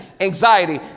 anxiety